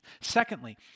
Secondly